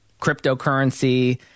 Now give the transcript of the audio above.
cryptocurrency